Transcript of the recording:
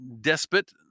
despot